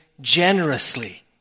generously